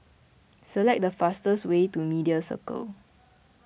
select the fastest way to Media Circle